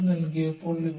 thief